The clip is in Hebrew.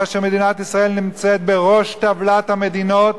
כאשר מדינת ישראל נמצאת בראש טבלת המדינות